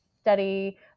study